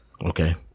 Okay